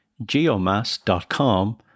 GeoMass.com